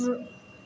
गु